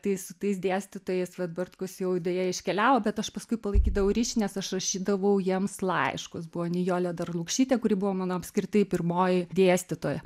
tai su tais dėstytojais vat bartkus jau deja iškeliavo bet aš paskui palaikydavau ryšį nes aš rašydavau jiems laiškus buvo nijolė dar lukšytė kuri buvo mano apskritai pirmoji dėstytoja